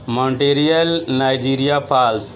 Montreal Nigeria pass